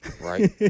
right